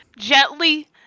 gently